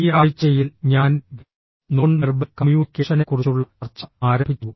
ഈ ആഴ്ചയിൽ ഞാൻ നോൺ വെർബൽ കമ്മ്യൂണിക്കേഷനെക്കുറിച്ചുള്ള ചർച്ച ആരംഭിച്ചു